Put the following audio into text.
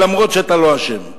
למרות שאתה לא אשם,